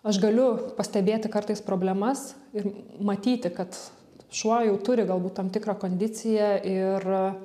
aš galiu pastebėti kartais problemas ir matyti kad šuo jau turi galbūt tam tikrą kondiciją ir